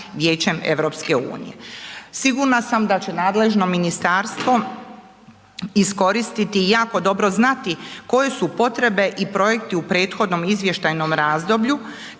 Vijećem EU. Sigurna sam da će nadležno ministarstvo iskoristiti i jako dobro znati koje su potrebe i projekti u prethodnom izvještajnom razdoblju,